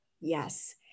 Yes